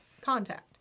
contact